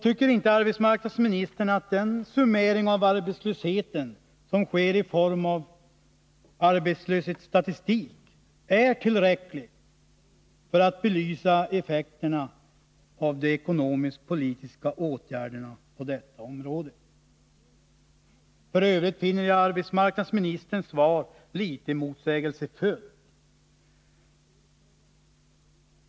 Tycker inte arbetsmarknadsministern att den summering av arbetslösheten som sker i form av arbetslöshetsstatistik är tillräcklig för att belysa effekterna av de ekonomisk-politiska åtgärderna på detta område? I övrigt finner jag arbetsmarknadsministerns svar litet motsägelsefullt.